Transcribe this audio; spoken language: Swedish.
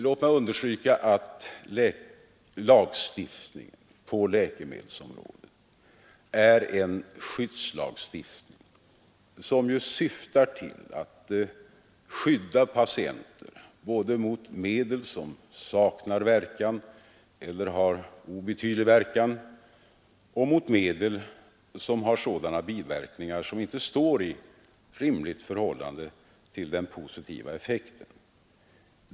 Låt mig understryka att lagstiftningen på läkemedelsområdet är en skyddslagstiftning som syftar till att skydda patienter både mot medel som saknar verkan eller har obetydlig verkan och mot medel som har biverkningar som inte står i rimligt förhållande till den positiva effekten.